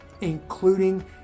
Including